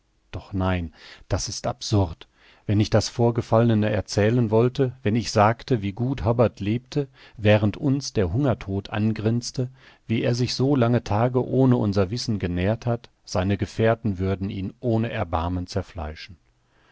doch nein das ist absurd wenn ich das vorgefallene erzählen wollte wenn ich sagte wie gut hobbart lebte während uns der hungertod angrinste wie er sich so lange tage ohne unser wissen genährt hat seine gefährten würden ihn ohne erbarmen zerfleischen